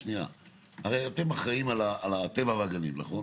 הרי אתם אחראים על הטבע והגנים, נכון?